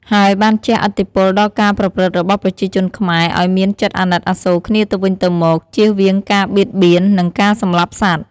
ហើយបានជះឥទ្ធិពលដល់ការប្រព្រឹត្តរបស់ប្រជាជនខ្មែរឱ្យមានចិត្តអាណិតអាសូរគ្នាទៅវិញទៅមក ចៀសវាងការបៀតបៀន និងការសម្លាប់សត្វ។